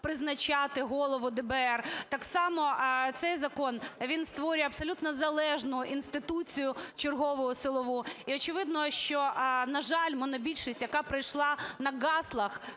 призначати голову ДБР. Так само цей закон він створює абсолютно залежну інституцію чергову силову і, очевидно, що, на жаль, монобільшість, яка прийшла на гаслах,